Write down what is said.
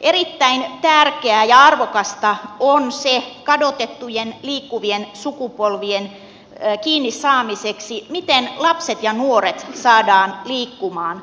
erittäin tärkeää ja arvokasta on kadotettujen liikkuvien sukupolvien kiinni saamiseksi se miten lapset ja nuoret saadaan liikkumaan